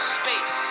space